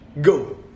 go